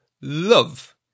love